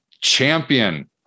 champion